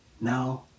now